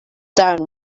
town